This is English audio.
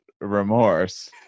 remorse